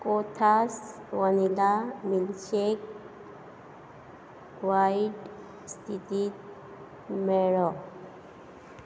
कोथास vanilla milkshake वायट स्थितींत मेळ्ळो